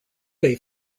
day